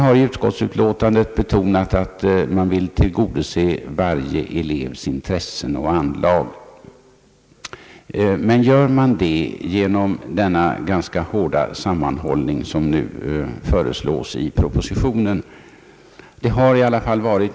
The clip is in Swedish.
I utskottsutlåtandet betonas att man vill tillgodose varje elevs intressen och anlag. Men gör man det genom denna ganska hårda sammanhållning, som nu föreslås i propositionen?